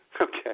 Okay